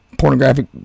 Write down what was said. pornographic